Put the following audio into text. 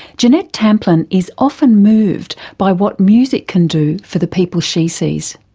jeanette tamplin is often moved by what music can do for the people she sees.